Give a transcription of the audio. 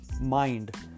mind